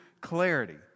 clarity